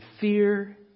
fear